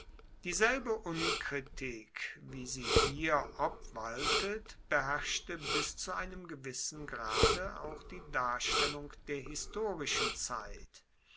dieselbe unkritik wie sie hier obwaltet beherrschte bis zu einem gewissen grade auch die darstellung der historischen zeit